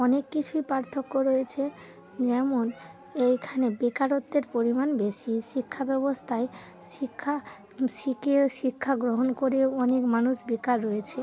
অনেক কিছুই পার্থক্য রয়েছে যেমন এইখানে বেকারত্বের পরিমাণ বেশি শিক্ষা ব্যবস্থায় শিক্ষা শিখিয়ে শিক্ষা গ্রহণ করেও অনেক মানুষ বেকার রয়েছে